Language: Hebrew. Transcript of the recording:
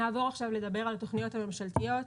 אני עוברת לדבר על התוכניות הממשלתיות.